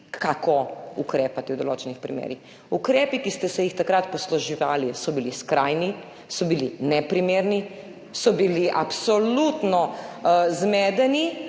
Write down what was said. kako ukrepati v določenih primerih. Ukrepi, ki ste se jih takrat posluževali, so bili skrajni, bili so neprimerni, bili so absolutno zmedeni,